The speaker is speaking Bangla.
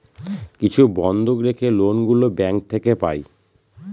কিছু বন্ধক রেখে লোন গুলো ব্যাঙ্ক থেকে পাই